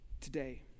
today